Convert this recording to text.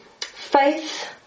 faith